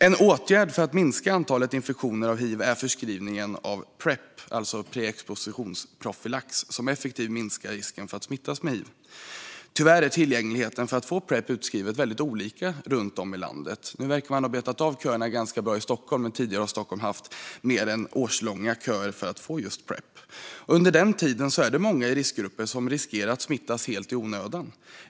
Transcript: En åtgärd för att minska antalet infektioner av hiv är förskrivningen av Prep, alltså preexpositionsprofylax, som effektivt minskar risken för att smittas med hiv. Tyvärr är tillgängligheten för att få Prep utskrivet olika över landet. Nu verkar man ha betat av köerna ganska bra i Stockholm, men tidigare har Stockholm haft mer än årslånga köer för att få just Prep. Under den tiden är det många i riskgrupper som riskerar att smittas helt i onödan.